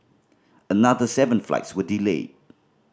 another seven flights were delayed